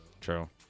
True